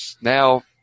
now